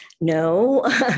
no